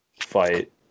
fight